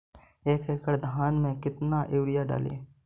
एक एकड़ धान मे कतना यूरिया डाली?